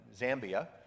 Zambia